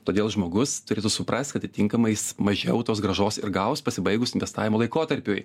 todėl žmogus turėtų suprast kad atitinkamai jis mažiau tos grąžos ir gaus pasibaigus investavimo laikotarpiui